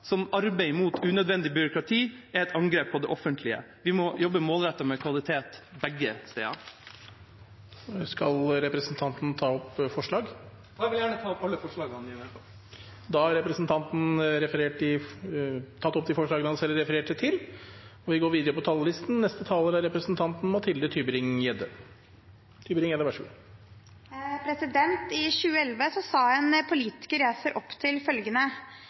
at arbeid imot unødvendig byråkrati er et angrep på det offentlige. Vi må jobbe målrettet med kvalitet begge steder. Skal representanten Henriksen ta opp forslag? Ja, jeg vil gjerne ta opp alle forslagene vi er med på, og det vi står alene om. Representanten Martin Henriksen har tatt opp de forslagene han refererte til. I 2011 sa en politiker jeg ser opp til, følgende: